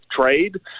trade